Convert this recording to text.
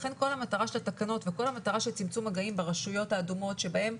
לכן כל המטרה של התקנות וכל המטרה של צמצום מגעים ברשויות האדומות שבהן